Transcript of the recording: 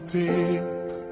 take